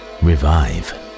Revive